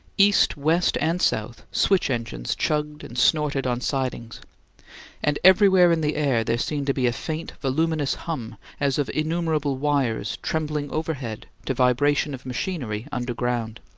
east, west, and south, switch-engines chugged and snorted on sidings and everywhere in the air there seemed to be a faint, voluminous hum as of innumerable wires trembling overhead to vibration of machinery underground.